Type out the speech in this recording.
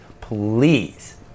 Please